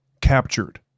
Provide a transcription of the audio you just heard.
captured